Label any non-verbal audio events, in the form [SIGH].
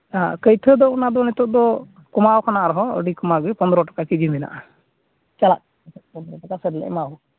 ᱠᱟᱹᱭᱛᱷᱟᱹ ᱫᱚ ᱚᱱᱟᱫᱚ ᱱᱤᱛᱚᱜ ᱫᱚ ᱠᱚᱢᱟᱣ ᱠᱟᱱᱟ ᱟᱨᱦᱚᱸ ᱚᱱᱟᱜᱮ ᱯᱚᱱᱨᱚ ᱴᱟᱠᱟ ᱠᱮᱡᱤ ᱢᱮᱱᱟᱜᱼᱟ [UNINTELLIGIBLE]